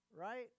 right